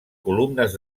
columnes